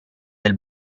del